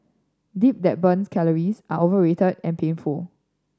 dip that burns calories are overrated and painful